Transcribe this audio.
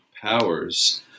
powers